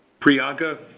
Priyanka